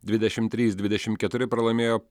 dvidešimt trys dvidešimt keturi pralaimėjo